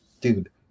dude